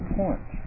point